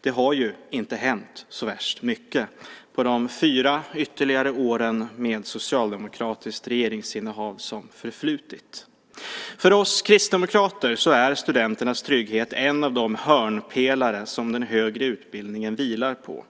Det har ju inte hänt så värst mycket på de fyra ytterligare åren med socialdemokratiskt regeringsinnehav som förflutit. För oss kristdemokrater är studenternas trygghet en av de hörnpelare som den högre utbildningen vilar på.